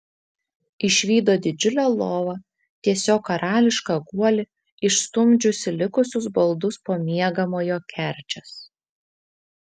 išvydo didžiulę lovą tiesiog karališką guolį išstumdžiusį likusius baldus po miegamojo kerčias